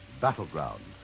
Battleground